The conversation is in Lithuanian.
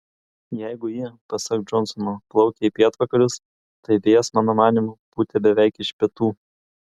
jeigu ji pasak džonsono plaukė į pietvakarius tai vėjas mano manymu pūtė beveik iš pietų